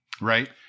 right